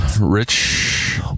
Rich